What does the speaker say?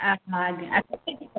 ଆଚ୍ଛା ଆଜ୍ଞା